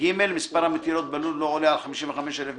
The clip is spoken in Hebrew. מספר המטילות בלול לא עולה על 55,000 מטילות,